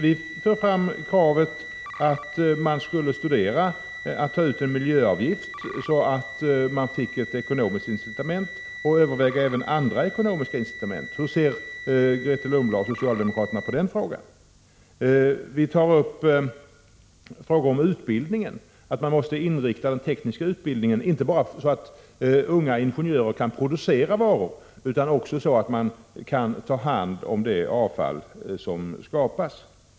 Vi för fram kravet att man skulle studera möjligheterna till uttagande av en miljöavgift för att skapa ett ekonomiskt incitament i detta sammanhang och även överväga möjligheterna till andra ekonomiska incitament. Hur ser Grethe Lundblad och socialdemokraterna i övrigt på den frågan? Vi tar vidare upp frågor som gäller utbildningen. Vi framhåller att den tekniska utbildningen bör inriktas så, att unga ingenjörer inte lär sig bara att producera varor utan också att ta hand om det avfall som skapas.